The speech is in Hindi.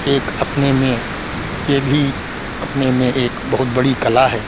एक अपने में ये भी अपने में एक बहुत बड़ी कला है